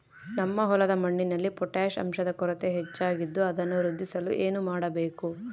ನಮ್ಮ ಹೊಲದ ಮಣ್ಣಿನಲ್ಲಿ ಪೊಟ್ಯಾಷ್ ಅಂಶದ ಕೊರತೆ ಹೆಚ್ಚಾಗಿದ್ದು ಅದನ್ನು ವೃದ್ಧಿಸಲು ಏನು ಮಾಡಬೇಕು?